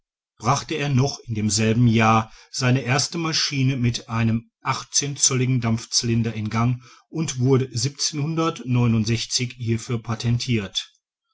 brachte er noch in demselben jahre seine erste maschine mit einem zölligen dampfcylinder in gang und wurde hierfür patentirt